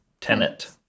Tenant